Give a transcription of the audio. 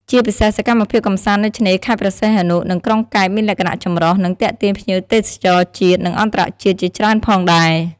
ជាពិសេសសកម្មភាពកម្សាន្តនៅឆ្នេរខេត្តព្រះសីហនុ និងក្រុងកែបមានលក្ខណៈចម្រុះ និងទាក់ទាញភ្ញៀវទេសចរជាតិ និងអន្តរជាតិជាច្រើនផងដែរ។